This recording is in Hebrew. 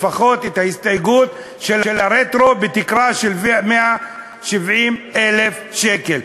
לפחות את ההסתייגות של הרטרו בתקרה של 170,000 שקל.